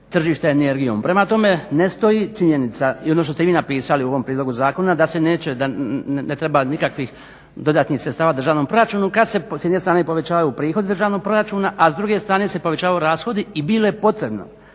tržišta energijom. Prema tome ne stoji činjenica i ono što ste vi napisali u ovom prijedlogu zakona da ne treba nikakvih dodatnih sredstava u državnom proračunu kad se s jedne strane povećavaju prihodi državnog proračuna, a s druge strane se povećavaju rashodi i bilo je potrebno